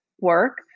work